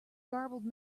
garbled